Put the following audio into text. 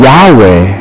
Yahweh